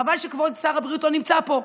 חבל שכבוד שר הבריאות לא נמצא פה.